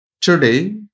Today